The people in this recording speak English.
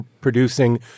producing